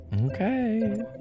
okay